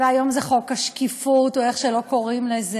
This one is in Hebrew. והיום הזה חוק השקיפות, או איך שלא קוראים לו.